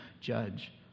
judge